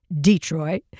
Detroit